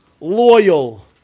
loyal